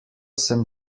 sem